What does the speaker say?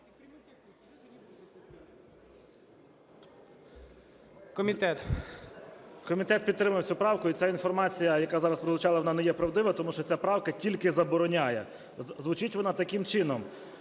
Комітет підтримав цю правку, і ця інформація, яка зараз прозвучала, вона не є правдива, тому що ця правка тільки забороняє. Звучить вона таким чином: